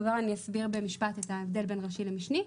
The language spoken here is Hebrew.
כבר אני אסביר במשפט את ההבדל בין ראשי למשני,